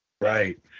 Right